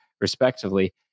respectively